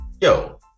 yo